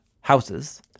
houses